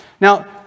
Now